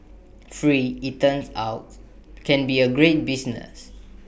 free IT turns out can be A great business